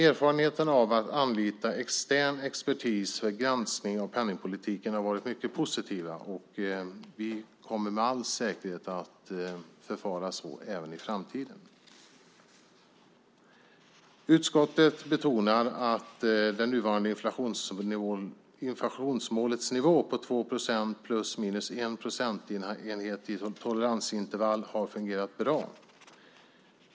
Erfarenheten av att anlita extern expertis för granskning av penningpolitiken har varit mycket positiv. Vi kommer med all säkerhet att förfara så även i framtiden. Utskottet betonar att det nuvarande inflationsmålets nivå på 2 procent med plus minus en procentenhet som toleransintervall har fungerat bra.